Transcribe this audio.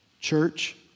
Church